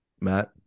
Matt